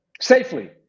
safely